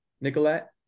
Nicolette